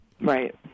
Right